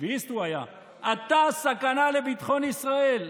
שביעיסט הוא היה, אתה סכנה לביטחון ישראל.